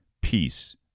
peace